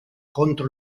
contro